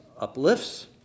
uplifts